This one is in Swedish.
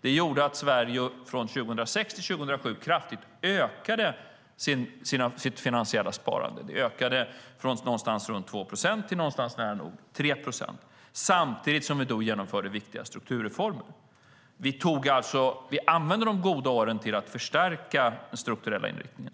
Det gjorde att Sverige från 2006 till 2007 kraftigt ökade sitt finansiella sparande. Det ökade från någonstans runt 2 procent till nära nog 3 procent, samtidigt som vi genomförde viktiga strukturreformer. Vi använde alltså de goda åren för att förstärka den strukturella inriktningen.